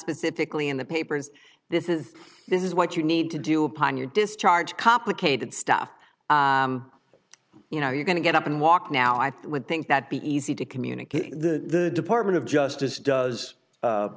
specifically in the papers this is this is what you need to do upon your discharge complicated stuff you know you're going to get up and walk now i would think that be easy to communicate the department of justice does